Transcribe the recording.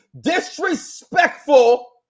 disrespectful